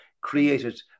created